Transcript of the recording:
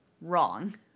wrong